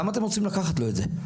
למה אתם רוצים לקחת לו את זה?